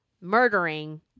murdering